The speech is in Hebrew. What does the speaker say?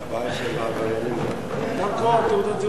להעביר את הצעת חוק צער בעלי-חיים (הגנה על בעלי-חיים) (תיקון,